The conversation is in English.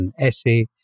essay